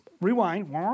Rewind